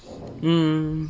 hmm